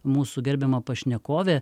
mūsų gerbiama pašnekovė